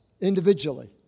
individually